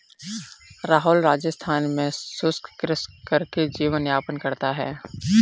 राहुल राजस्थान में शुष्क कृषि करके जीवन यापन करता है